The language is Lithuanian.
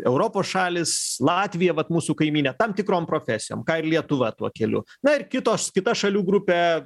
europos šalys latvija vat mūsų kaimynė tam tikrom profesijom ką ir lietuva tuo keliu na ir kitos kita šalių grupė